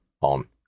on